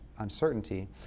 uncertainty